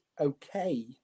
okay